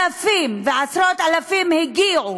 אלפים ועשרות אלפים הגיעו